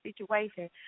situation